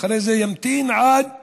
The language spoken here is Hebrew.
ואחרי זה ימתין עד